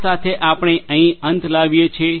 આ સાથે આપણે અહીં અંત લાવીએ છીએ